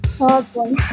Awesome